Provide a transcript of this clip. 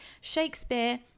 Shakespeare